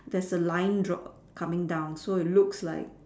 there's a line draw coming down so it looks like